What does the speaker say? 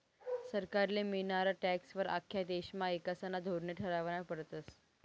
सरकारले मियनारा टॅक्सं वर आख्खा देशना ईकासना धोरने ठरावना पडतस